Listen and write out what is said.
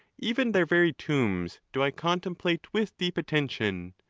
even their very tombs do i contemplate with deep attention.